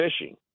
fishing